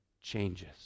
changes